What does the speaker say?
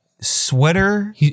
sweater